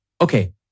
Okay